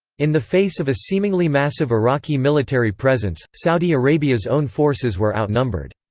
in the face of a seemingly massive iraqi military presence, saudi arabia's own forces were outnumbered.